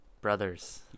brothers